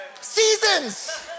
Seasons